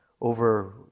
over